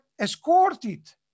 escorted